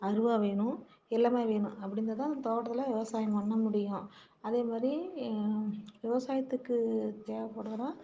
அருவாள் வேணும் எல்லாமே வேணும் அப்படி இருந்தால்தான் தோட்டத்தில் விவசாயம் பண்ணமுடியும் அதேமாதிரி விவசாயத்துக்கு தேவைப்படுறதுதான்